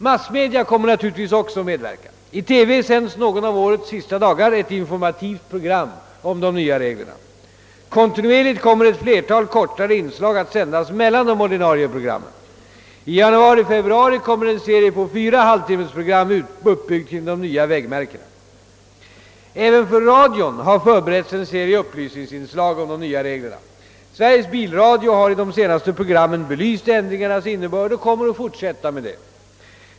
Massmedia kommer naturligtvis också att medverka. I TV sänds någon av årets sista dagar ett informativt program om de nya reglerna. Kontinuerligt kommer ett flertal kortare inslag att sändas mellan de ordinarie programmen. I januari—februari kommer en serie på fyra halvtimmesprogram uppbyggd kring de nya vägmärkena. Även för radion har förberetts en serie upplysningsinslag om de nya reglerna. Sveriges bilradio har i de senaste programmen belyst ändringarnas innebörd och kommer att fortsätta härmed.